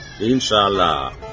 inshallah